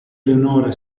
leonora